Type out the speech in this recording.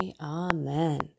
Amen